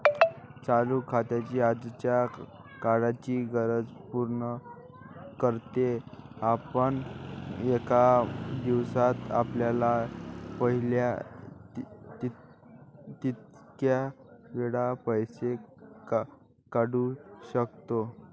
चालू खाते आजच्या काळाची गरज पूर्ण करते, आपण एका दिवसात आपल्याला पाहिजे तितक्या वेळा पैसे काढू शकतो